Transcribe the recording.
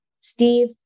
Steve